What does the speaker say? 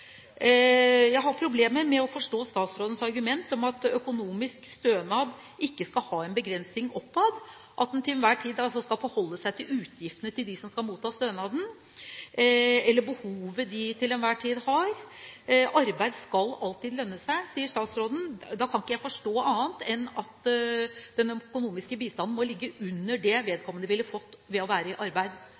Jeg har problemer med å forstå statsrådens argument om at økonomisk stønad ikke skal ha en begrensning oppad, og at en til enhver tid skal forholde seg til utgiftene til dem som skal motta stønad, eller behovet de til enhver tid har. Arbeid skal alltid lønne seg, sier statsråden. Da kan ikke jeg forstå annet enn at den økonomiske bistanden må ligge under det vedkommende ville fått ved å være i arbeid.